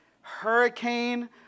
hurricane